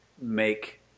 make